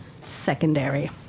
secondary